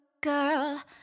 girl